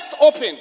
open